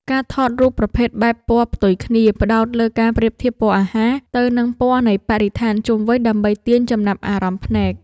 ការថតរូបប្រភេទបែបពណ៌ផ្ទុយគ្នា ផ្ដោតលើការប្រៀបធៀបពណ៌អាហារ ទៅនឹងពណ៌នៃបរិស្ថានជុំវិញ ដើម្បីទាញចំណាប់អារម្មណ៍ភ្នែក។